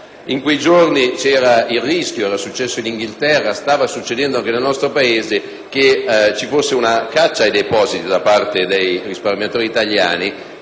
In quei giorni c'era il rischio - era successo in Inghilterra, stava accadendo anche nel nostro Paese - che ci fosse una caccia ai depositi da parte dei risparmiatori italiani